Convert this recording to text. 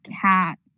cat